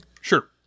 Sure